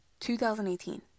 2018